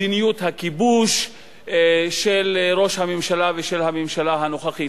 מדיניות הכיבוש של ראש הממשלה ושל הממשלה הנוכחית.